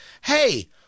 hey